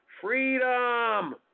freedom